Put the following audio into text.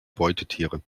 beutetiere